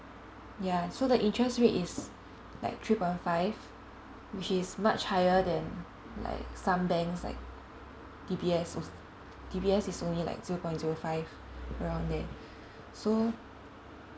ya so the interest rate is like three point five which is much higher than like some banks like D_B_S D_B_S is only like zero point zero five around there so